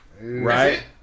Right